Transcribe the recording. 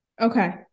okay